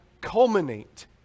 culminate